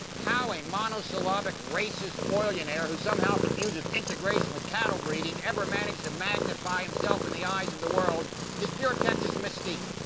how a monosyllabic, racist oil-lionaire who somehow confuses integration with cattle breeding ever managed to magnify himself in the eyes of the world is pure texas mystique.